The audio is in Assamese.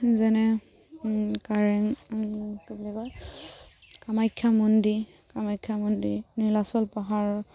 যেনে কাৰেং কি বুলি কয় কামাখ্যা মন্দিৰ কামাখ্যা মন্দিৰ নীলাচল পাহাৰত